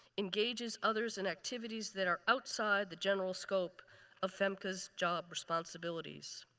engages others in activities that are outside the general scope of femca's job responsibilities.